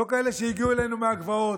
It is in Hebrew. לא כאלה שהגיעו אלינו מהגבעות,